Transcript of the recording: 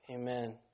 Amen